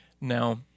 Now